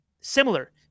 similar